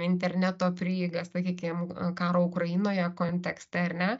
interneto prieiga sakykim karo ukrainoje kontekste ar ne